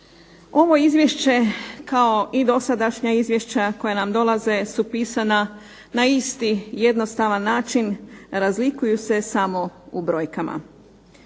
Ovo izvješće, kao i dosadašnja izvješća koja nam dolaze su pisana na isti jednostavan način, razlikuju se samo u brojkama.